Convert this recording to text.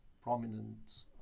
prominent